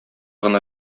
гына